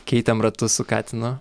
keitėm ratus su katinu